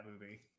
movie